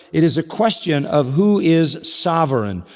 it is a question of who is sovereign,